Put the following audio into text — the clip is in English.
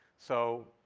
so